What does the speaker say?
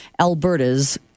Alberta's